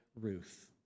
Ruth